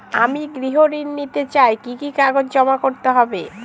আমি গৃহ ঋণ নিতে চাই কি কি কাগজ জমা করতে হবে?